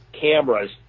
cameras